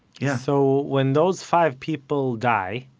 yeah so when those five people die,